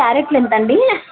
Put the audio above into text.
క్యారెట్లు ఎంతండీ